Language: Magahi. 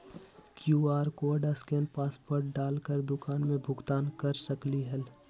कियु.आर कोड स्केन पासवर्ड डाल कर दुकान में भुगतान कर सकलीहल?